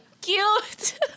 Cute